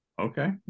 okay